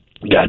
Got